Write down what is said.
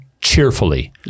Cheerfully